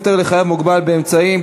הפטר לחייב מוגבל באמצעים),